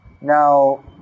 Now